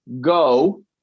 go